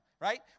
right